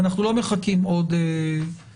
אנחנו לא מחכים עוד שבועיים,